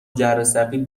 جرثقیل